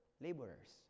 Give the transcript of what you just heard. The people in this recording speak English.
laborers